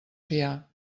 fiar